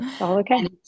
Okay